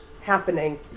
happening